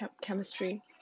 chemistry